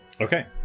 okay